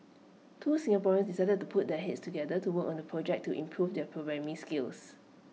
two Singaporeans decided to put their heads together to work on A project to improve their programming skills